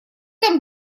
там